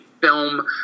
film